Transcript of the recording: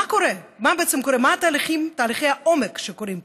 מה בעצם קורה, מה תהליכי העומק שקורים פה,